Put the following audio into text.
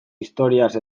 historiaz